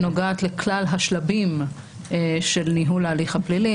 שנוגעת לכלל השלבים של ניהול ההליך הפלילי,